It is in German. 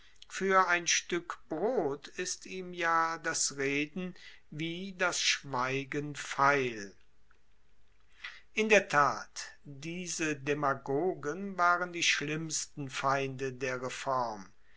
fuer ein stueck brot ist ihm ja das reden wie das schweigen feil in der tat diese demagogen waren die schlimmsten feinde der